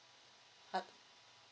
err